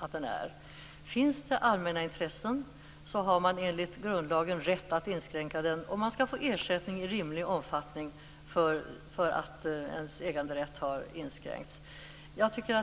Om det finns allmänna intressen har man enligt grundlagen rätt att inskränka äganderätten och man skall få ersättning i rimlig omfattning för att den egna äganderätten har inskränkts.